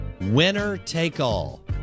Winner-take-all